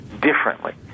differently